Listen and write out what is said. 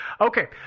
Okay